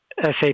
SAP